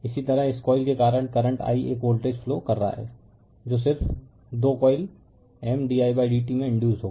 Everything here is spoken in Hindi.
इसी तरह इस कॉइल के कारण करंट I एक वोल्टेज फ्लो कर रहा है जो सिर्फ 2 कॉइल M didt में इंडयुसड होगा